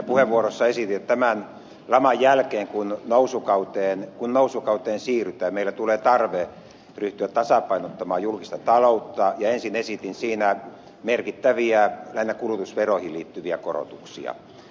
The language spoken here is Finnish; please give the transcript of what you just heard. siinä puheenvuorossa esitin että tämän laman jälkeen kun nousukauteen siirrytään meille tulee tarve ryhtyä tasapainottamaan julkista taloutta ja ensin esitin siinä merkittäviä lähinnä kulutusveroihin liittyviä korotuksia